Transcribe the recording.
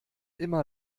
immer